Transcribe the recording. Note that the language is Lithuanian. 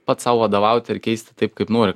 pats sau vadovauti ir keisti taip kaip nori